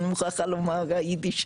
אני מוכרחה לומר היידיש,